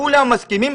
כולם מסכימים,